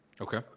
Okay